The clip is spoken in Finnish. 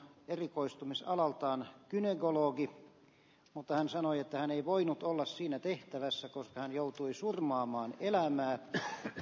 erikoistumisalaltaan etologi mutta hän sanoi että hän ei voinut olla siinä tehtävässä koska hän joutui surmaamaan elämän syke